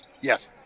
Yes